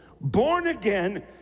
born-again